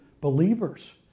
believers